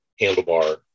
handlebar